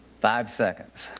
five seconds.